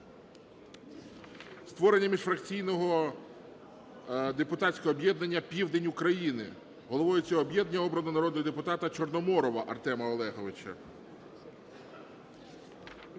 Створення міжфракційного депутатського об'єднання "Південь України". Головою цього об'єднання обрано народного депутата Чорноморова Артема Олеговича.